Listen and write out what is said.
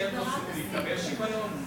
שהם רוצים יקבל שוויון?